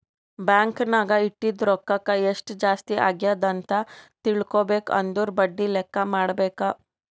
bank ನಾಗ್ ಇಟ್ಟಿದು ರೊಕ್ಕಾಕ ಎಸ್ಟ್ ಜಾಸ್ತಿ ಅಗ್ಯಾದ್ ಅಂತ್ ತಿಳ್ಕೊಬೇಕು ಅಂದುರ್ ಬಡ್ಡಿ ಲೆಕ್ಕಾ ಮಾಡ್ಬೇಕ